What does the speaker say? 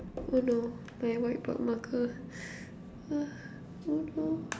oh no my white board marker ah no no